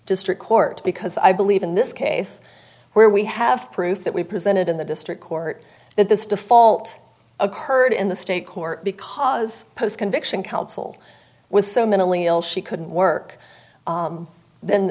district court because i believe in this case where we have proof that we presented in the district court that this default occurred in the state court because post conviction counsel was so mentally ill she couldn't work